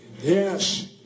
Yes